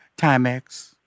Timex